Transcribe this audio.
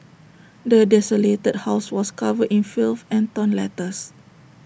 the desolated house was covered in filth and torn letters